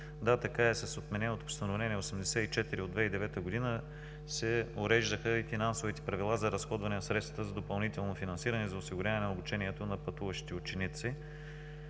Да, така е, с отмененото Постановление № 84 от 2009 г. се уреждаха и финансовите правила за разходване на средствата за допълнително финансиране за осигуряване на обучението на пътуващите ученици.